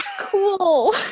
cool